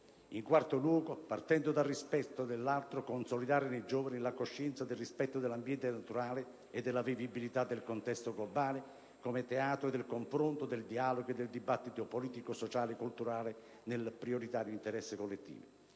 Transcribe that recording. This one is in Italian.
In quarto luogo, partendo dal rispetto dell'altro, occorre consolidare nei giovani la coscienza del rispetto dell'ambiente naturale e della vivibilità del contesto globale come teatro del confronto, del dialogo e del dibattito politico, sociale e culturale nel prioritario interesse collettivo.